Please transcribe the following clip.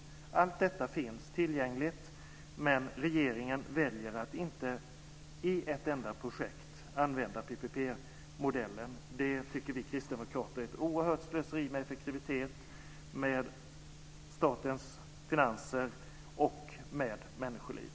Allt detta finns tillgängligt, men regeringen väljer att inte i ett enda projekt använda PPP-modellen. Det tycker vi kristdemokrater är ett oerhört slöseri med effektivitet, med statens finanser och med människoliv.